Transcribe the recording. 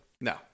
No